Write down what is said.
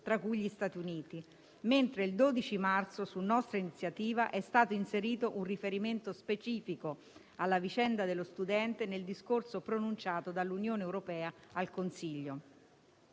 tra cui gli Stati Uniti, mentre il 12 marzo, su nostra iniziativa, è stato inserito un riferimento specifico alla vicenda dello studente nel discorso pronunciato dall'Unione europea al Consiglio.